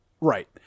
Right